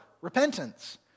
repentance